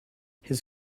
his